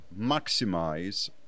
maximize